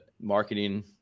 marketing